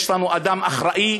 יש לנו אדם אחראי,